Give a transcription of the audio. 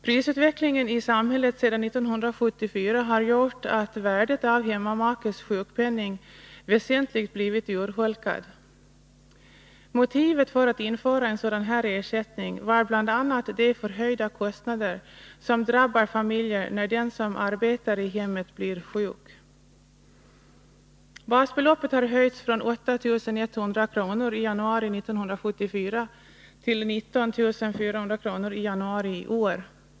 Prisutvecklingen i samhället sedan 1974 har gjort att värdet av hemmamakes sjukpenning väsentligt blivit urholkat. Motivet för att införa en sådan här ersättning var bl.a. de förhöjda kostnader som drabbar familjer när den som arbetar i hemmet blir sjuk. Basbeloppet har höjts från 8 100 kr. i januari 1974 till 19 400 kr. i januari i år.